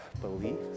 beliefs